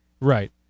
right